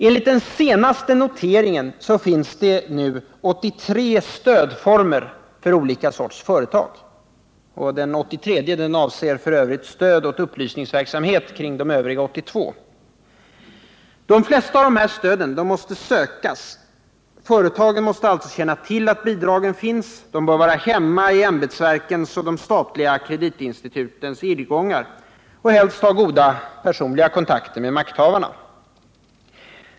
Enligt den senaste noteringen finns det nu 83 stödformer för olika sorts företag. Den 83:e avser f. ö. stöd åt upplysningsverksamhet kring de övriga 82. De flesta av dessa stöd måste sökas. Företagen måste alltså känna till att bidragen finns. De bör vara hemma i ämbetsverkens och de statliga kreditinstitutens irrgångar och helst ha goda personliga kontakter med makthavarna.